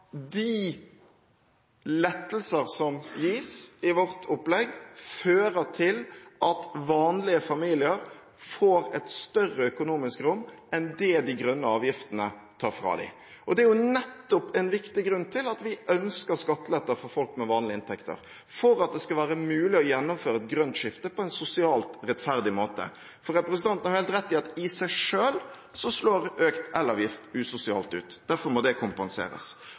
de lettelser som gis i vårt opplegg, fører til at vanlige familier får et større økonomisk rom enn det de grønne avgiftene tar fra dem. Dette er nettopp en viktig grunn til at vi ønsker skattelette for folk med vanlige inntekter, for at det skal være mulig å gjennomføre et grønt skifte på en sosialt rettferdig måte. Representanten har helt rett i at i seg selv slår økt elavgift usosialt ut. Derfor må dette kompenseres.